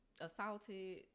assaulted